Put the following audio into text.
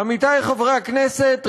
עמיתי חברי הכנסת,